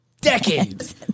decades